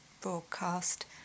broadcast